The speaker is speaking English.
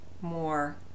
more